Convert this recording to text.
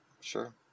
Sure